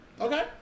okay